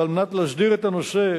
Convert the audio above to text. ועל מנת להסדיר את הנושא,